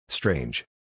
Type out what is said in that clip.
Strange